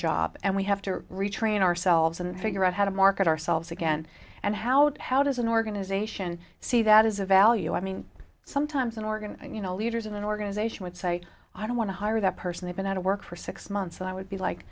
jobs and we have to retrain ourselves and figure out how to market ourselves again and how to how does an organization see that is a value i mean sometimes an organ you know leaders in an organization would say i don't want to hire that person they've been out of work for six months and i would be like